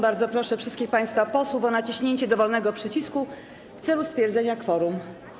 Bardzo proszę wszystkich państwa posłów o naciśnięcie dowolnego przycisku w celu stwierdzenia kworum.